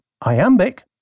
iambic